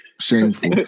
Shameful